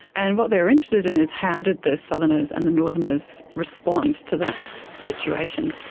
and what they were interested in is how did the southerners and the northerners respond to that situation.